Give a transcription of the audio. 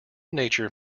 nature